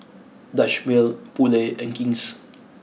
Dutch Mill Poulet and King's